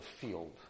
field